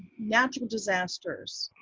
natural disasters,